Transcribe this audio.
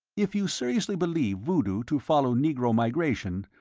if you seriously believe voodoo to follow negro migration,